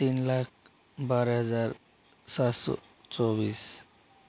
तीन लाख बारह हजार सात सौ चौबीस